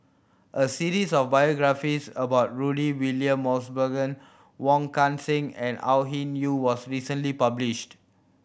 a series of biographies about Rudy William Mosbergen Wong Kan Seng and Au Hing Yee was recently published